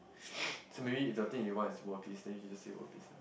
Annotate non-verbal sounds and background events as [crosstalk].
[noise] so maybe if the thing you want is world peace then you just say world peace lah